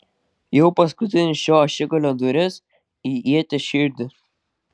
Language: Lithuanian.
jau paskutinis šio ašigalio dūris į ieties širdį